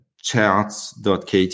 charts.kt